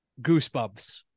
goosebumps